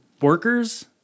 workers